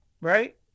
Right